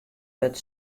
wurdt